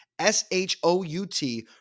S-H-O-U-T